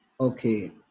okay